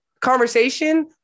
conversation